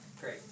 great